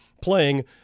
playing